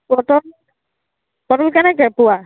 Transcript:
পটল পটল কেনেকৈ পোৱা